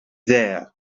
there